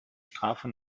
strafe